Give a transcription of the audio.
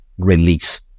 Release